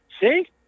see